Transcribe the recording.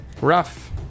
Rough